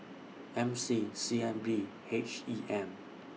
M C C N B H E M